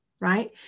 right